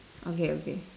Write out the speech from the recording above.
okay okay